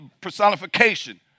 personification